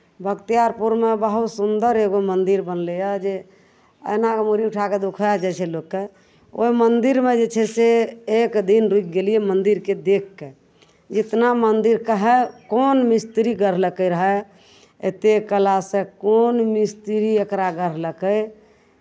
बख्तियारपुरमे बहुत सुन्दर एगो मन्दिर बनलैए जे एना कऽ मुड़ी उठाए कऽ दुखाए जाइ छै लोककेँ ओहि मन्दिरमे जे छै से एक दिन रुकि गेलियै मन्दिरकेँ देखि कऽ जे इतना मन्दिर कहए कोन मिस्त्री गढ़लकै रहए एतेक कलासँ कोन मिस्त्री एकरा गढ़लकै